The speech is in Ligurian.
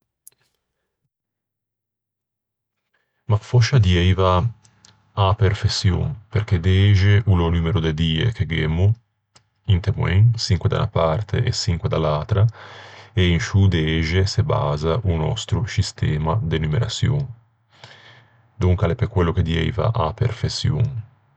Mah, fòscia dieiva a-a perfeçion, perché dexe o l'é o numero de die che gh'emmo inte moen, çinque da unna parte e çinque da l'atra, e in sciô dexe se basa o nòstro scistema de numeraçion. Donca l'é pe quello che dieiva a-a perfeçion.